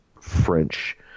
French